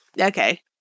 okay